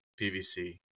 PVC